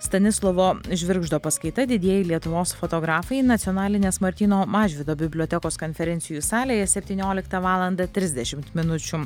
stanislovo žvirgždo paskaita didieji lietuvos fotografai nacionalinės martyno mažvydo bibliotekos konferencijų salėje septynioliktą valandą trisdešimt minučių